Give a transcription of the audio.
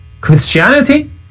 Christianity